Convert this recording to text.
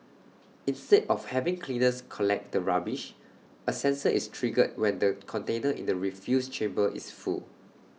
instead of having cleaners collect the rubbish A sensor is triggered when the container in the refuse chamber is full